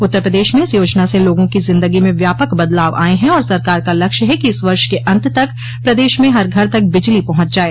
उत्तर प्रदेश में इस योजना से लोगों की जिंदगी में व्यापक बदलाव आये हैं और सरकार का लक्ष्य है कि इस वर्ष के अंत तक प्रदेश में हर घर तक बिजली पहुंच जाये